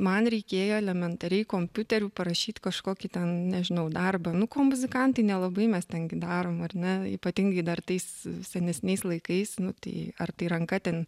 man reikėjo elementariai kompiuteriu parašyt kažkokį ten nežinau darbą nu ko muzikantai nelabai mes ten gi darom ar ne ypatingai dar tais senesniais laikais nu tai ar tai ranka ten